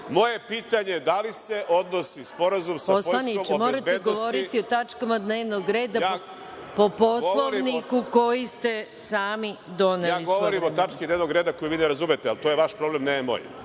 Moje pitanje je da li se odnosi sporazum sa Poljskom o bezbednosti… **Maja Gojković** Poslaniče, morate govoriti o tačkama dnevnog reda po Poslovniku koji ste sami doneli. **Zoran Živković** Ja govorim o tački dnevnog reda koju vi ne razumete, ali to je vaš problem, ne moj.